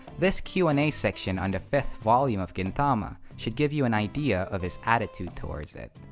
this q and a section on the fifth volume of gin tama should give you an idea of his attitude towards it.